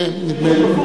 זה נדמה לי.